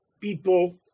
people